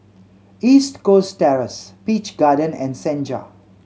East Coast Terrace Peach Garden and Senja